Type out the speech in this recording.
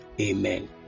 Amen